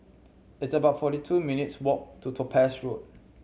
it's about forty two minutes' walk to Topaz Road